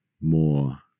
more